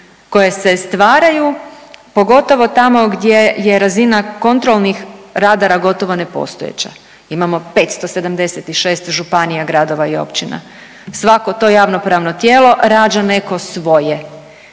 koje se stvaraju pogotovo tamo gdje je razina kontrolnih radara gotovo nepostojeća. Imamo 576 županija, gradova i općina. Svako to javno-pravno tijelo rađa neko svoje,